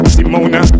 Simona